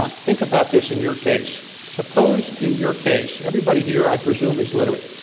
um think about this in your case, suppose in your case, every body here, i presume, is literate,